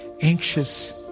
anxious